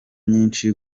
nyinshi